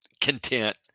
content